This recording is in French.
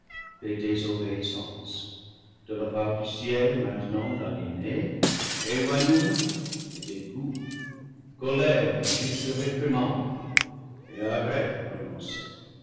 désobéissance de la part du ciel maintenant éloignement et dégoût colère et juste réprimande et arrêt